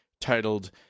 titled